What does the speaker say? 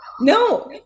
No